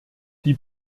die